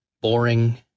boring